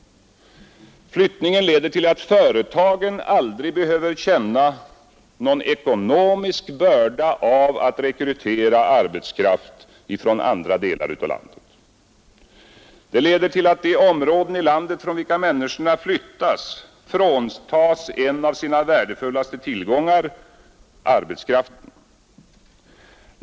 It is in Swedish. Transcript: Flyttningen leder till att företagen aldrig behöver känna någon ekonomisk börda av att rekrytera arbetskraft från andra delar av landet. Den leder till att de områden i landet, från vilka människorna flyttas, fråntas en av sina värdefullaste tillgångar: arbetskraften.